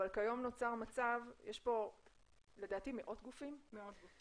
אבל כיום נוצר מצב בו לדעתי יש מאות גופים בתוספת